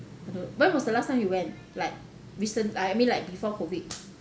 when was the last time you went like recent~ uh I mean like before COVID